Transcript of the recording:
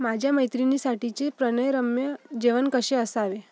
माझ्या मैत्रिणीसाठीचे प्रणयरम्य जेवण कसे असावे